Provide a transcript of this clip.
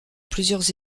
plusieurs